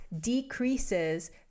decreases